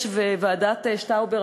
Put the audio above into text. ועדת שטאובר,